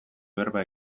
berba